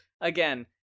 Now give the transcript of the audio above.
again